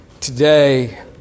today